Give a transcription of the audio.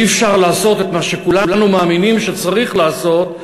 אי-אפשר לעשות את מה שכולנו מאמינים שצריך לעשות,